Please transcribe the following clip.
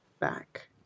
back